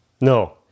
No